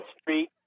street